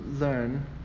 learn